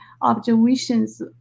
observations